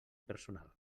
personal